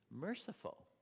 merciful